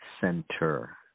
center